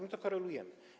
My to korelujemy.